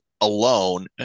alone